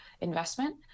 investment